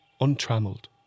Untrammeled